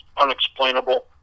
unexplainable